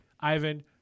ivan